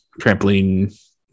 trampoline